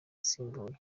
yasimbuye